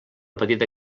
petita